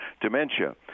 dementia